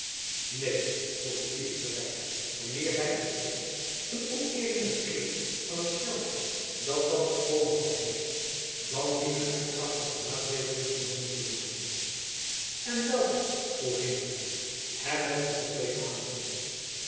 neen voegde kievit er by wanneer gy in ernst een omkeering begeert van het stelsel dat thands de overhand heeft dan dienen er krachtiger maatregelen genomen te worden en welke vroeg heenvliet hem met verwondering aanziende